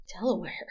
Delaware